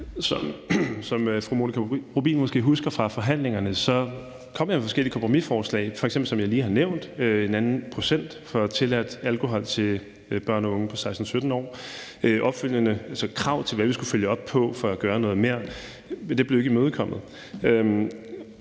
Som fru Monika Rubin måske husker fra forhandlingerne, så kom jeg med forskellige kompromisforslag, f.eks. – som jeg lige har nævnt – en anden procent for tilladt alkohol til børn og unge på 16-17 år og krav til, hvad vi skulle følge op på for at gøre noget mere, men det blev ikke imødekommet.